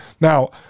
Now